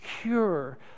cure